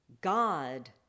God